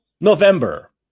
November